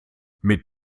mit